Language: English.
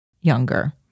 younger